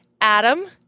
Adam